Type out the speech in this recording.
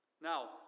Now